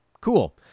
Cool